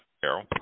Carol